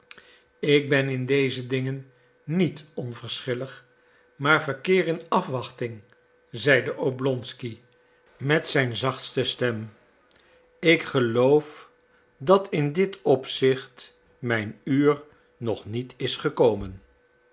ik ben in deze dingen niet onverschillig maar verkeer in afwachting zeide oblonsky met zijn zachtste stem ik geloof dat in dit opzicht mijn uur nog niet is gekomen